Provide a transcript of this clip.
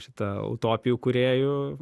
šita utopijų kūrėju